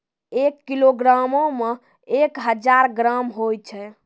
एक किलोग्रामो मे एक हजार ग्राम होय छै